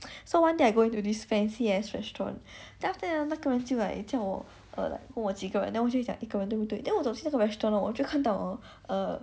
so one day I go into this fancy ass restaurant then after ah 那个人就 like 叫我问我几个人 then 我就讲一个人对不对 then 我走进这个 restaurant hor 我就看到 err